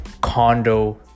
condo